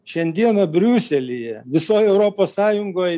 šiandieną briuselyje visoj europos sąjungoj